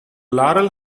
laurel